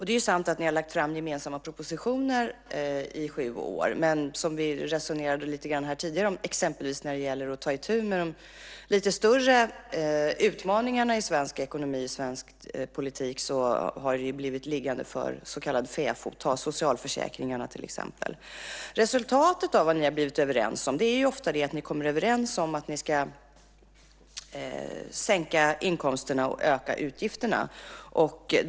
Det är sant att ni har lagt fram gemensamma propositioner under den tiden, men när det gäller att ta itu med de större utmaningarna i svensk ekonomi och politik har det blivit liggande för fäfot. Ta bara socialförsäkringarna som exempel. Resultatet av vad ni har kommit överens om är ofta att ni ska sänka inkomsterna och öka utgifterna.